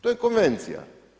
To je konvencija.